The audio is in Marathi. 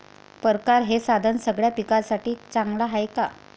परकारं हे साधन सगळ्या पिकासाठी चांगलं हाये का?